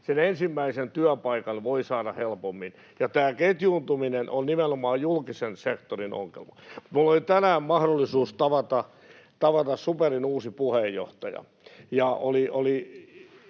sen ensimmäisen työpaikan voi saada helpommin. Tämä ketjuuntuminen on nimenomaan julkisen sektorin ongelma. Minulla oli tänään mahdollisuus tavata SuPerin uusi puheenjohtaja, ja oli